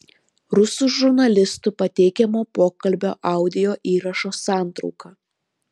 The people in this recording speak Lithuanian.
rusų žurnalistų pateikiamo pokalbio audio įrašo santrauka